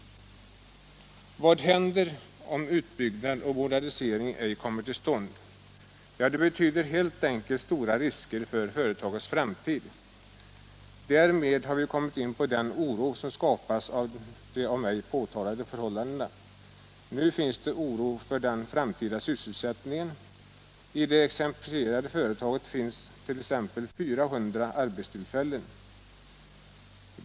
Vad händer om en utbyggnad Torsdagen den risker för företagets framtid. öiNrReoSRR Därmed har vi kommit in på den oro som skapas av de av mig påtalade Om åtgärder för att förhållandena. Nu finns det oro för den framtida sysselsättningen —- i påskynda beslut det exemplifierade företaget 400 arbetstillfällen.